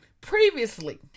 previously